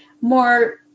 more